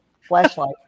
Flashlight